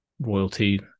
royalty